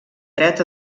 dret